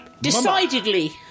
Decidedly